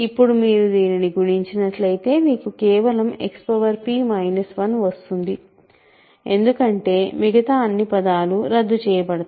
ఇప్పుడు మీరు దీన్ని గుణించినట్లయితే మీకు కేవలం Xp 1 వస్తుంది ఎందుకంటే మిగతా అన్ని పదాలు రద్దు చేయబడతాయి